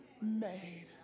made